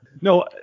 No